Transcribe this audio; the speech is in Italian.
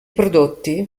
prodotti